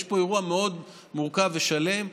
יש פה אירוע מאוד מורכב ושלם,